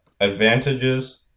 Advantages